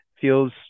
feels